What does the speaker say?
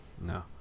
No